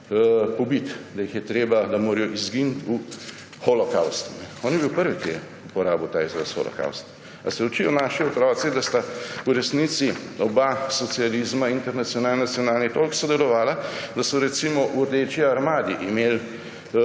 pobiti, da morajo izginiti v holokavstu? O je bil prvi, ki je uporabil izraz holokavst. Ali se učijo naši otroci, da sta v resnici oba socializma, internacionalni, nacionalni toliko sodelovala, da so recimo v Rdeči armadi imeli